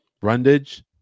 Brundage